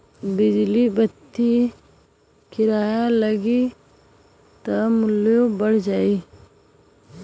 बिजली बत्ति किराया लगी त मुल्यो बढ़ जाई